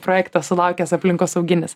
projektas sulaukęs aplinkosauginis